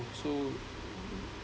so